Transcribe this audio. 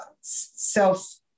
self